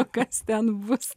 kas ten bus